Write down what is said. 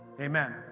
Amen